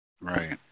Right